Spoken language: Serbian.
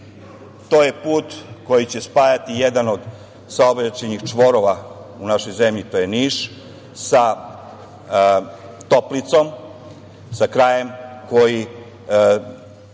To je put koji će spajati jedan od saobraćajnih čvorova u našoj zemlji, to je Niš sa Toplicom, sa krajem koji